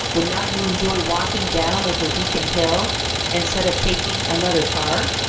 would not you enjoy walking down over beacon hill instead of taking another car?